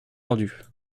entendus